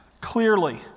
clearly